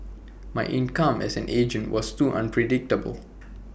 my income as an agent was too unpredictable